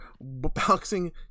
Boxing